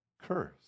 curse